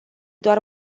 doar